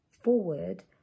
forward